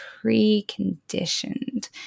pre-conditioned